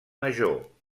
major